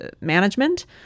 management